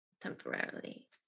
temporarily